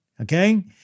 okay